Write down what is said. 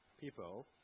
people